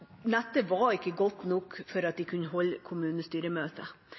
Nettet var ikke godt nok for å kunne holde